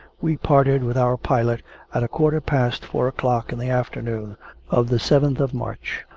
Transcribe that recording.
we parted with our pilot at a quarter past four o'clock in the afternoon of the seventh of march,